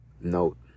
note